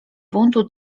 buntu